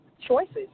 choices